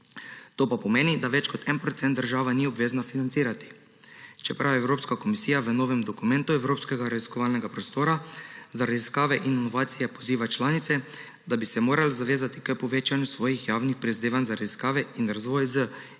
To pa pomeni, da več kot en procent država ni obvezna financirati, čeprav je Evropske komisija v novem dokumentu evropskega raziskovalnega prostora za raziskave in inovacije poziva članice, da bi se morale zavezati k povečanju svojih javnih prizadevanj za raziskave in razvoj z 0,81